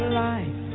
life